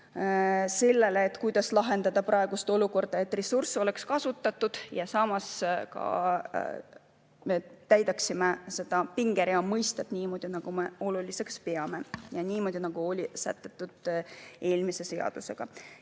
sellele, kuidas lahendada praegust olukorda nii, et ressursse oleks kasutatud ja samas me täidaksime seda pingerea mõistet, nii nagu me oluliseks peame ja nii nagu on sätestatud eelmise seadusega.